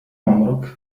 عمرك